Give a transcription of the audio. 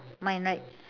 mine right